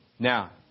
Now